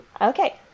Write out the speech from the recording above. Okay